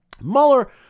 Mueller